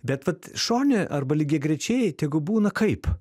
bet vat šone arba lygiagrečiai tegu būna kaip